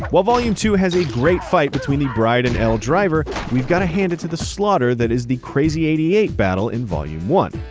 while volume two has a great fight between the bride and elle driver, we've gotta hand it to the slaughter that is the crazy eighty eight battle in volume one.